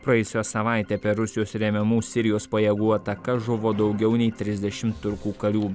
praėjusią savaitę per rusijos remiamų sirijos pajėgų ataką žuvo daugiau nei trisdešim turkų karių